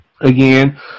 Again